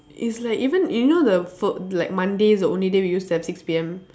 it's like even if you know the fol~ like monday is the only day we used to have like six P_M